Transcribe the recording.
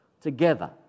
together